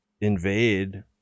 invade